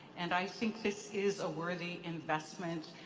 and i think this is a worthy investment,